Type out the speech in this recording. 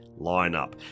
lineup